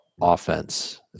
offense